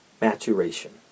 maturation